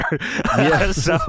Yes